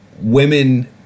women